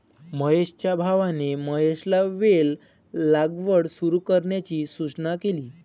महेशच्या भावाने महेशला वेल लागवड सुरू करण्याची सूचना केली